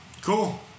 cool